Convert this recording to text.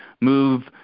move